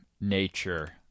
nature